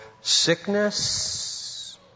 sickness